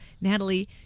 natalie